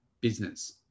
business